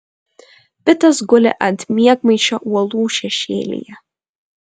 pitas guli ant miegmaišio uolų šešėlyje